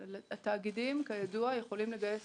התאגידים, כידוע, יכולים לגייס